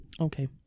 Okay